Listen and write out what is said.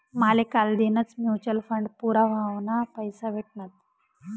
माले कालदीनच mutual fund पूरा व्हवाना पैसा भेटनात